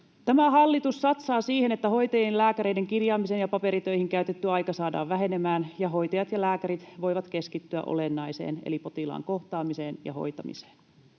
Tämä hallitus satsaa siihen, että hoitajien ja lääkäreiden kirjaamiseen ja paperitöihin käytetty aika saadaan vähenemään ja hoitajat ja lääkärit voivat keskittyä olennaiseen eli potilaan kohtaamiseen ja hoitamiseen.